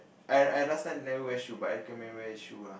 I I last time never wear shoe but I recommend wear shoe lah